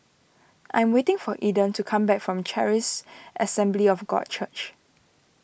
I am waiting for Eden to come back from Charis Assembly of God Church